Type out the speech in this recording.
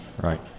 Right